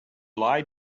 lie